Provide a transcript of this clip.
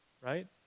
Right